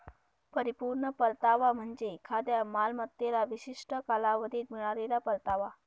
परिपूर्ण परतावा म्हणजे एखाद्या मालमत्तेला विशिष्ट कालावधीत मिळालेला परतावा